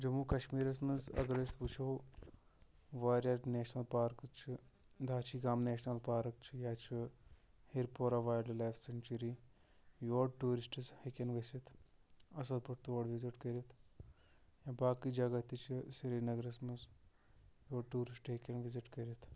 جموں کشمیٖرَس منٛز اگر أسۍ وُچھو واریاہ نیشنَل پارکہٕ چھِ داچھی گام نیشنَل پارک چھِ یا چھُ ہِرپورہ وایلڈٕ لایف سٮ۪نچُری یور ٹوٗرِسٹٕز ہیٚکن گٔژھتھ اَصٕل پٲٹھۍ تور وِزِٹ کٔرِتھ باقٕے جگہ تہِ چھِ سرینگرَس منٛز یور ٹوٗرِسٹ ہیٚکن وِزِٹ کٔرِتھ